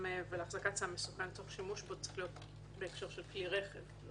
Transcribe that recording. ולהחזקת סם מסוכן היא בהקשר של כלי רכב.